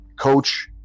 coach